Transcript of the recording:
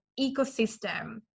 ecosystem